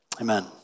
Amen